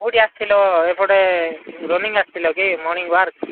କୋଉଠି ଆସିଥିଲ ଏପଟେ ରନିଂ ଆସିଥିଲ କି ମର୍ଣ୍ଣିଂ ଓ୍ୱାକ୍